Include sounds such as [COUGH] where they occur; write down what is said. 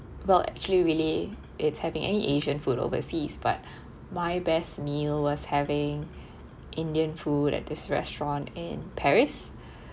well actually really it's having any asian food overseas but [BREATH] my best meal was having indian food at this restaurant in paris [BREATH]